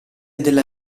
della